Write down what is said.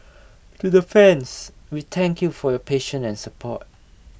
to the fans we thank you for your patience and support